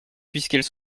puisqu’elle